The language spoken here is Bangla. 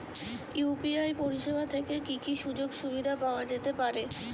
ইউ.পি.আই পরিষেবা থেকে কি কি সুযোগ সুবিধা পাওয়া যেতে পারে?